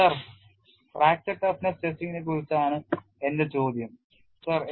sir fracture toughness ടെസ്റ്റിംഗിനെക്കുറിച്ചാണ് എന്റെ ചോദ്യം സർ